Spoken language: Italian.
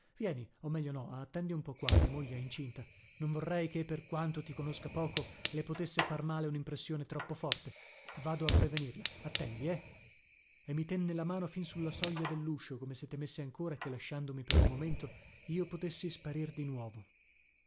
vieni o meglio no attendi un po qua mia moglie è incinta non vorrei che per quanto ti conosca poco le potesse far male unimpressione troppo forte vado a prevenirla attendi eh e mi tenne la mano fin sulla soglia delluscio come se temesse ancora che lasciandomi per un momento io potessi sparir di nuovo